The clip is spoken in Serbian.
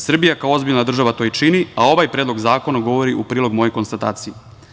Srbija, kao ozbiljna država, to i čini, a ovaj predlog zakona govori u prilog mojoj konstataciji.